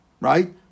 right